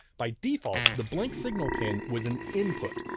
by default the blank signal pin was an input,